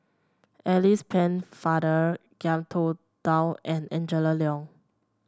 Alice Pennefather Ngiam Tong Dow and Angela Liong